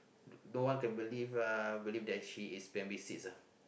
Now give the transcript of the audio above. no one to believe ah believe that she is primary six ah